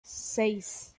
seis